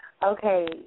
Okay